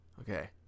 Okay